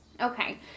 Okay